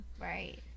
Right